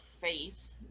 face